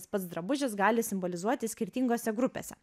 pats drabužis gali simbolizuoti skirtingose grupėse